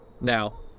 Now